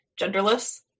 genderless